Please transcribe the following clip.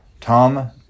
Tom